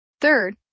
Third